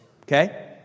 okay